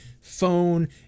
phone